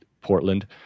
Portland